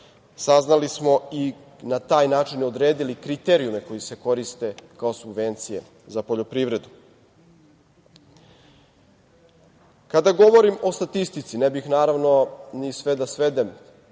Saznali smo i na taj način odredili kriterijume koji se koriste kao subvencije za poljoprivredu. Kada govorim o statistici, ne bih naravno ni sve da svedem